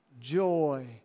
joy